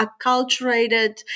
acculturated